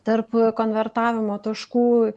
tarp konvertavimo taškų